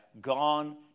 gone